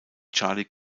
charlie